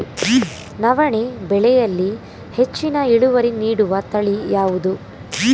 ನವಣೆ ಬೆಳೆಯಲ್ಲಿ ಹೆಚ್ಚಿನ ಇಳುವರಿ ನೀಡುವ ತಳಿ ಯಾವುದು?